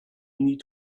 need